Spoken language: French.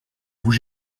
vous